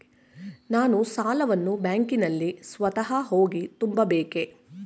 ನಾನು ಸಾಲವನ್ನು ಬ್ಯಾಂಕಿನಲ್ಲಿ ಸ್ವತಃ ಹೋಗಿ ತುಂಬಬೇಕೇ?